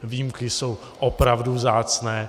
Výjimky jsou opravdu vzácné.